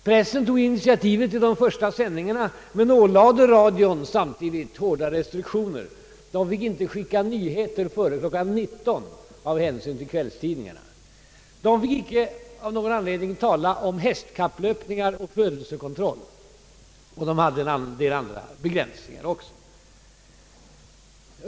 Pressen tog initiativet till de första sändningarna men ålade radion samtidigt hårda restriktioner. Det fick inte sändas nyheter före kl. 19.00 i radion av hänsyn till kvällstidningarna. Det fick inte i radion av någon anledning talas om hästkapplöpningar och om födelsekontroll, och det var en del andra begränsningar också.